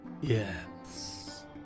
Yes